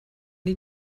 die